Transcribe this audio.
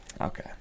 okay